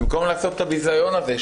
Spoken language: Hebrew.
במקום לעשות את הביזיון הזה,